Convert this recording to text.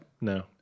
No